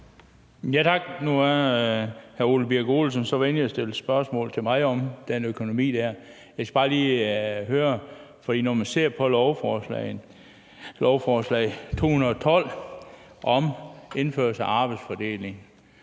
Tak. Nu er hr. Ole Birk Olesen så venlig at stille spørgsmål til mig om den økonomi der. Jeg skal bare lige høre: Når man ser på lovforslag nr. L 212 om indførelse af arbejdsfordeling,